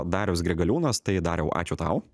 darius grigaliūnas tai dariau ačiū tau